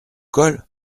cols